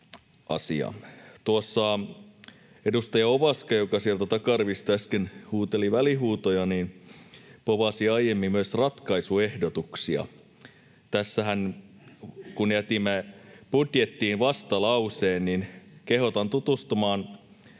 Tuossa edustaja Ovaska, joka sieltä takarivistä äsken huuteli välihuutoja, tivasi aiemmin myös ratkaisuehdotuksia. Tässähän jätimme budjettiin vastalauseen, ja kehotan tutustumaan